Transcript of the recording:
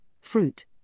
fruit